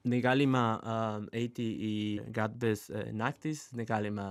negalima eiti į gatves naktys negalima